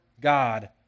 God